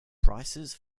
prices